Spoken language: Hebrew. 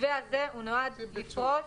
המתווה הזה נועד לפרוס